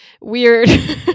weird